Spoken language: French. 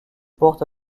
porte